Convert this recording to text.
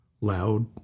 loud